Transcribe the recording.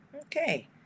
okay